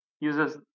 uses